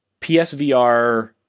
PSVR